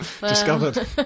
Discovered